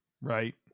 Right